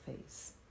face